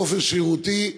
באופן שרירותי,